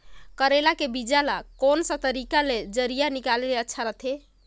करेला के बीजा ला कोन सा तरीका ले जरिया निकाले ले अच्छा रथे?